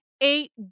eight